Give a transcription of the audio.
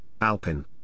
Alpin